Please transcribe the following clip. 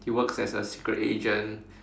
he works as a secret agent